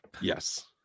Yes